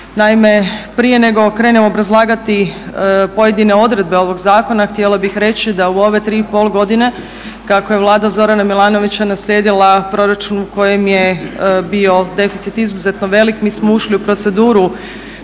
Naime, prije nego krenem obrazlagati pojedine odredbe ovog zakona htjela bih reći da u ove 3,5 godine kako je Vlada Zorana Milanovića naslijedila proračun u kojem je bio deficit izuzetno velik, mi smo ušli u proceduru